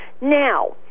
Now